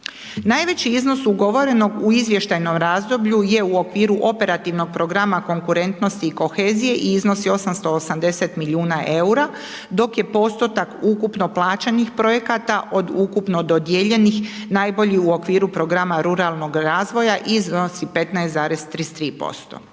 Najveći iznos ugovorenog u izvještajnom razdoblju je u okviru operativnog programa konkurentnosti i kohezije i iznosi 880 milijuna eura dok je postotak ukupno plaćenih projekata od ukupno dodijeljenih najbolji u okviru programa ruralnog razvoja, iznosi 15,33%.